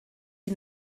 die